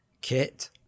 kit